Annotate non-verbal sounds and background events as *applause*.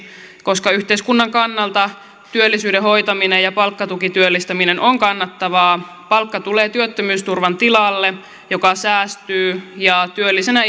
koska yhteiskunnan kannalta työllisyyden hoitaminen ja palkkatukityöllistäminen on kannattavaa palkka tulee työttömyysturvan tilalle joka säästyy ja työllisinä *unintelligible*